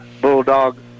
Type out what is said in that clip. Bulldog